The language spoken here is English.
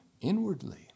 inwardly